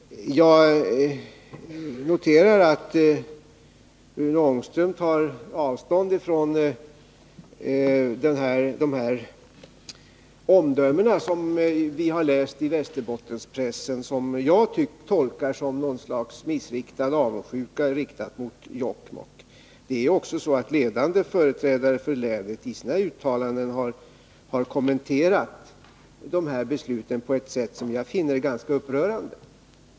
Jag noterar att Rune Ångström tar avstånd från de omdömen som vi har läst i Västerbottenspressen och som jag tolkar som något slags missriktad avundsjuka mot Jokkmokk. Även ledande företrädare för länet har i sina uttalanden kommenterat de här besluten på ett sätt som jag finner ganska upprörande.